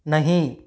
नहीं